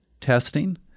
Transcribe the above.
testing